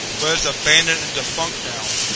but it's abandoned and defunct now.